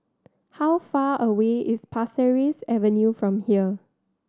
how far away is Pasir Ris Avenue from here